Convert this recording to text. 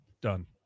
Done